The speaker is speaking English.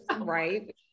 Right